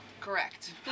Correct